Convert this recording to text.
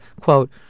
quote